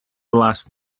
last